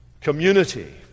community